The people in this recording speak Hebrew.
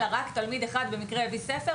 אלא רק תלמיד אחד הביא במקרה ספר,